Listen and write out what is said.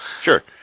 Sure